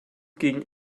gegen